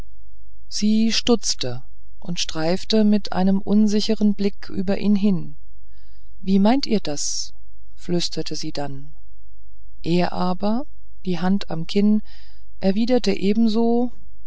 sie stutzte und streifte mit einem unsicheren blick über ihn hin wie meint ihr das flüsterte sie dann er aber die hand am kinn erwiderte ebenso